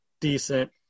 decent